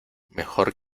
mejor